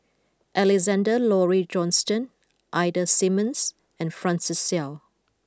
Alexander Laurie Johnston Ida Simmons and Francis Seow